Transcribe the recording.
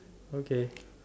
okay